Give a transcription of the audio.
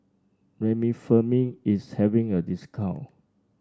remifemin is having a discount